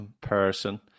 person